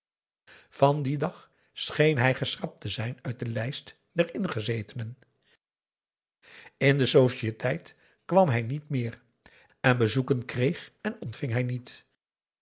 van dien dag scheen hij geschrapt te zijn uit de lijst der ingezetenen in de societeit kwam hij aum boe akar eel niet meer en bezoeken kreeg en ontving hij niet